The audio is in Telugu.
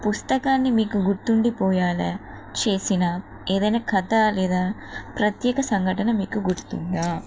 పుస్తకాన్ని మీకు గుర్తుండిపోయేలా చేసిన ఏదన్నా కథ లేదా ప్రత్యేక సంఘటన మీకు గుర్తుందా